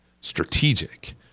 strategic